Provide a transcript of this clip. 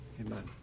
Amen